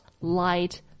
light